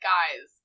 Guys